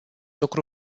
lucru